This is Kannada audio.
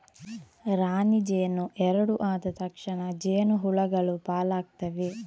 ರಾಣಿ ಜೇನು ಎರಡು ಆದ ತಕ್ಷಣ ಜೇನು ಹುಳಗಳು ಪಾಲಾಗ್ತವೆ